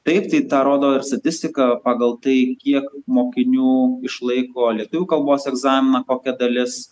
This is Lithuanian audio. taip tai tą rodo ir statistika pagal tai kiek mokinių išlaiko lietuvių kalbos egzaminą kokia dalis